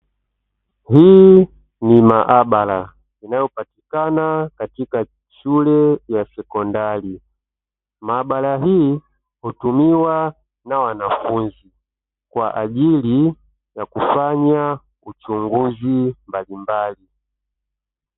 HII ni maabara inayopatikana katika shule ya sekondari. Maabara hii hutumiwa na wanafunzi kwa ajili ya kufanya uchunguzi mbalimbali.